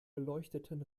beleuchteten